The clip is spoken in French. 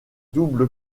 double